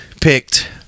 picked